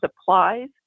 supplies